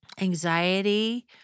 anxiety